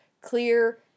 clear